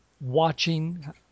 watching